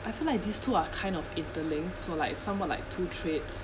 I feel like these two are kind of interlinked so like somewhat like two traits